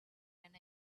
when